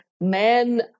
Men